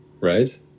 right